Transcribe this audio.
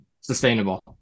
sustainable